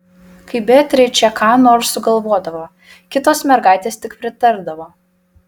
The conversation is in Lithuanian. kai beatričė ką nors sugalvodavo kitos mergaitės tik pritardavo